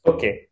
Okay